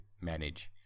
manage